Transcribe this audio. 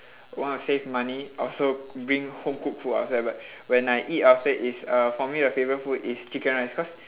want to save money also bring home cooked food outside but when I eat outside is uh for me my favourite food is chicken rice cause